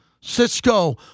Cisco